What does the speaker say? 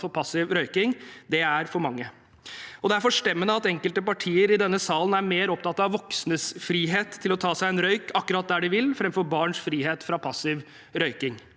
for passiv røyking. Det er for mange. Det er forstemmende at enkelte partier i denne salen er mer opptatt av voksnes frihet til å ta seg en røyk akkurat der de vil, enn av barns frihet fra passiv røyking.